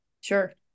Sure